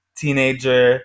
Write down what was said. teenager